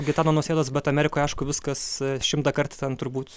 gitano nausėdos bet amerikoj aišku viskas šimtąkart ten turbūt